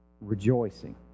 rejoicing